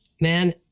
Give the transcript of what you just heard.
Man